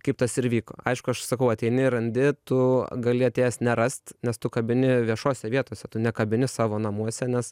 kaip tas ir vyko aišku aš sakau ateini randi tu gali atėjęs nerast nes tu kabini viešose vietose tu nekabini savo namuose nes